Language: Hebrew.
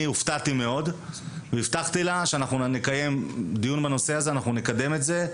הופתעתי מאוד והבטחתי לה שנקיים דיון בנושא ונקדם את זה.